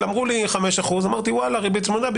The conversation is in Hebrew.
אמרו לי 5%. אמרתי: ריבית צמודה,